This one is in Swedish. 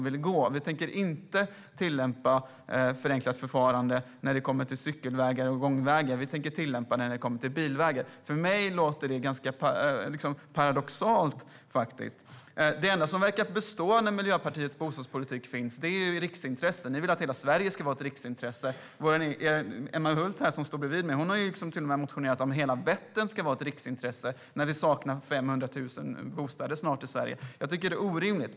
Miljöpartiet tänker inte tillämpa förenklat förfarande när det kommer till cykelvägar och gångvägar, men de tänker tillämpa det när det kommer till bilvägar. För mig låter det paradoxalt. Det enda som verkar bestå i Miljöpartiets bostadspolitik är riksintressen. Ni vill att hela Sverige ska vara ett riksintresse. Emma Hult, som står här bredvid mig, har till och med motionerat om att hela Vättern ska vara ett riksintresse - när vi snart saknar 500 000 bostäder i Sverige. Jag tycker att det är orimligt.